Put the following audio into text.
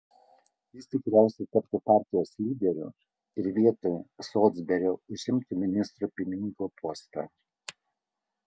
jis tikriausiai taptų partijos lyderiu ir vietoj solsberio užimtų ministro pirmininko postą